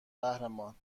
قهرمان